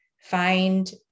find